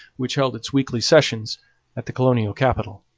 which held its weekly sessions at the colonial capital.